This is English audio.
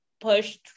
pushed